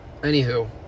Anywho